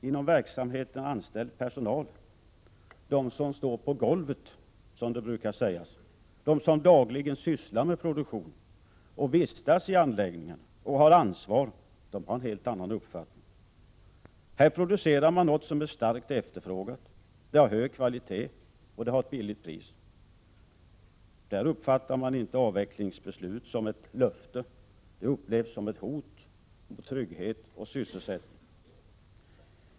Inom verksamheten anställd personal — de som står på golvet, som det brukar heta, de som dagligen sysslar med produktionen, vistas i anläggningen och har ansvar har en helt annan uppfattning. Vid kärnkraftverken producerar man något som är starkt efterfrågat, har hög kvalitet och ett billigt pris. Där uppfattar man inte avvecklingsbeslut som ett löfte; det upplevs som ett hot mot trygghet och sysselsättning.